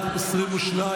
התשפ"ג 2023,